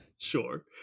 Sure